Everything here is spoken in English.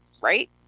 right